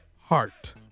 Heart